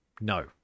No